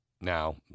Now